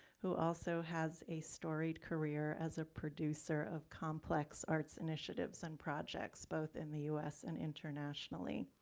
who also has a storied career as a producer of complex arts initiatives and projects both in the us and internationally.